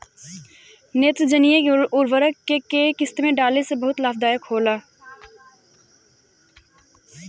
नेत्रजनीय उर्वरक के केय किस्त में डाले से बहुत लाभदायक होला?